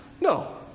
No